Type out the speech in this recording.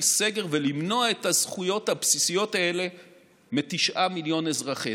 סגר ולמנוע את הזכויות הבסיסיות האלה מתשעה מיליון אזרחינו.